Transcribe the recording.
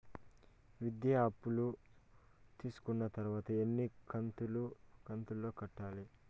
విద్య అప్పు తీసుకున్న తర్వాత ఎన్ని కంతుల లో కట్టాలి?